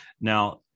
Now